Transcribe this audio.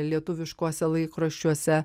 lietuviškuose laikraščiuose